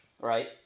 Right